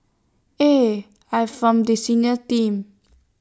eh I'm from the senior team